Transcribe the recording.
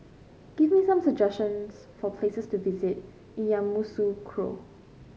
give me some suggestions for places to visit in Yamoussoukro